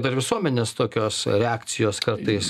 dar visuomenės tokios reakcijos kartais